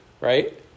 right